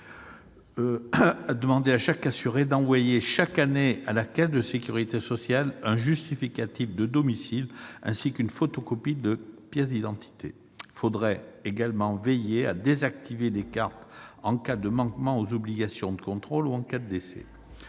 de demander à chaque assuré d'envoyer chaque année à sa caisse de sécurité sociale un justificatif de domicile, ainsi que la photocopie d'une pièce d'identité. Il faudrait également veiller à désactiver les cartes en cas de décès ou de manquement aux obligations de contrôle. Selon le